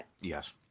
yes